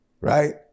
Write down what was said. Right